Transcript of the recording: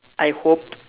I hope